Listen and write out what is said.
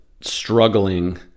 struggling